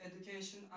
education